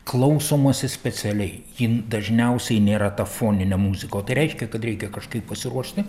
klausomasi specialiai jin dažniausiai nėra ta foninė muzika o tai reiškia kad reikia kažkaip pasiruošti